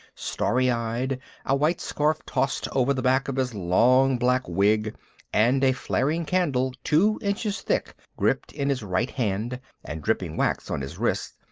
stary-eyed, a white scarf tossed over the back of his long black wig and a flaring candle two inches thick gripped in his right hand and dripping wax on his wrist,